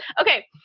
Okay